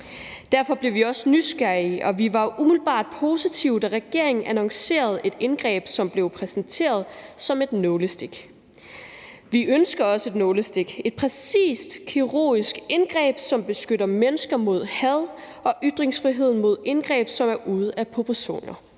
Derfor blev vi også nysgerrige, og vi var jo umiddelbart positive, da regeringen annoncerede et indgreb, som blev præsenteret som et nålestiksindgreb. Vi ønsker også et nålestiksindgreb, et præcist kirurgisk indgreb, som beskytter mennesker mod had og ytringsfriheden mod indgreb, som er ude af proportioner.